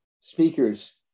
speakers